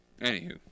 Anywho